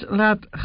laat